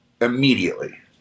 Immediately